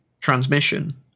transmission